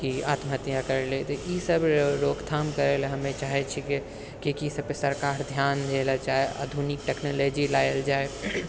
कि आत्महत्या करिले तऽ ई सभ रोकथाम करै ले हमे चाहै छियै की कि ई सभपर सरकार ध्यान देले चाही आधुनिक टेक्नोलॉजी लायल जाइ